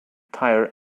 tyre